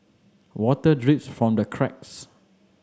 water drips from the cracks